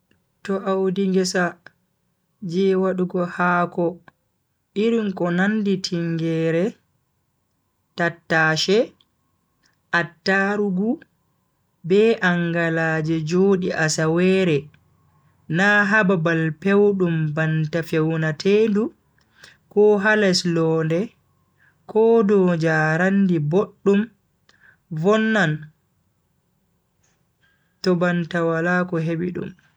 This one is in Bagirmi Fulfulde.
To Audi ngesa je wadugo haako irin ko nandi tingeere, tattashe, attarugo be angalaaje jodi asawere na ha babal pewdum banta fewnatendu ko ha les londe ko dow njaraandi boddum vonnan to banta wala ko hebi dum.